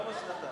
למה שנתיים?